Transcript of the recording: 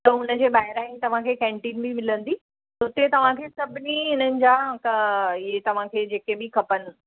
त हुन जे ॿाहिरां ई तव्हांखे कैंटीन बि मिलंदी हुते तव्हांखे सभिनी हिननि जा इहे तव्हांखे जेके बि खपनि